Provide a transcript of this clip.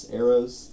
arrows